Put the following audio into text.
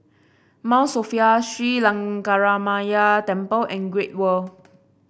Mount Sophia Sri Lankaramaya Temple and Great World